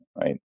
right